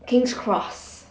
king's cross